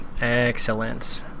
Excellent